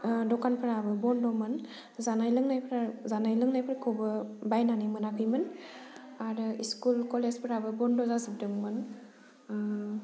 दकानफोराबो बन्द'मोन जानाय लोंनायफ्रा जानाय लोंनायफोरखौबो बायनानै मोनाखैमोन आरो इस्कुल कलेजफोराबो बन्द' जाजोबदोंमोन